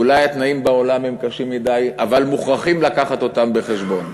אולי התנאים בעולם הם קשים מדי אבל מוכרחים לקחת אותם בחשבון,